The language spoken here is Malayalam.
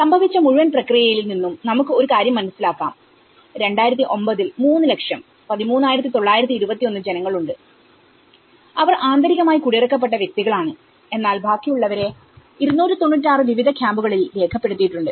സംഭവിച്ച മുഴുവൻ പ്രക്രിയയിൽ നിന്നും നമുക്ക് ഒരു കാര്യം മനസ്സിലാക്കാം 2009 ൽ 3 ലക്ഷം 13921 ജനങ്ങൾ ഉണ്ട് അവർ ആന്തരികമായി കുടിയിറക്കപ്പെട്ട വ്യക്തികൾ ആണ്എന്നാൽ ബാക്കിയുള്ളവരേ 296 വിവിധ ക്യാമ്പുകളിൽ രേഖപ്പെടുത്തിയിട്ടുണ്ട്